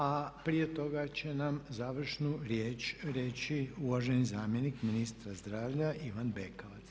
A prije toga će nam završnu riječ reći uvaženi zamjenik ministra zdravlja Ivan Bekavac.